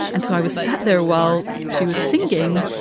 and so i was sat there while she was singing,